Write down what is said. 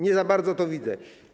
Nie za bardzo to widzę.